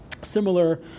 similar